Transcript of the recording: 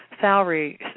salary